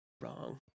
wrong